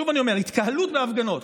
שוב אני אומר: התקהלות בהפגנות.